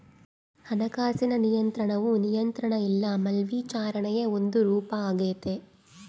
ಹಣಕಾಸಿನ ನಿಯಂತ್ರಣವು ನಿಯಂತ್ರಣ ಇಲ್ಲ ಮೇಲ್ವಿಚಾರಣೆಯ ಒಂದು ರೂಪಾಗೆತೆ